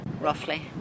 Roughly